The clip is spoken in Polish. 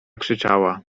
krzyczaia